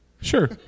Sure